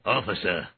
Officer